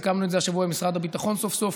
סיכמנו את זה השבוע עם משרד הביטחון סוף-סוף,